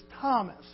Thomas